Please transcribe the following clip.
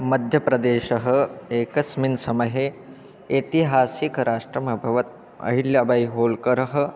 मध्यप्रदेशः एकस्मिन् समये ऐतिहासिकराष्ट्रम् अभवत् अहिलाबै होल्करः